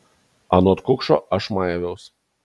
anot kukšo aš maiviaus